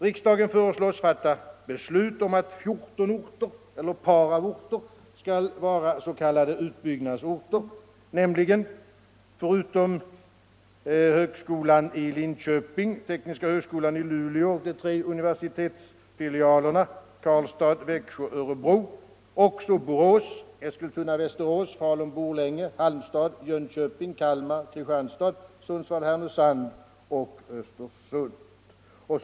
Riksdagen föreslås fatta beslut om att 14 orter eller par av orter skall vara s.k. utbyggnadsorter, nämligen —- förutom högskolan i Linköping, tekniska högskolan i Luleå, de tre universitetsfilialerna Karlstad, Växjö, Örebro — också Borås, Eskilstuna Borlänge, Halmstad, Jönköping, Kalmar, Kristianstad, Sundsvall/Härnösand och Östersund.